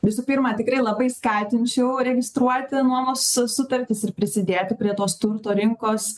visų pirma tikrai labai skatinčiau registruoti nuomos su sutartis ir prisidėti prie tos turto rinkos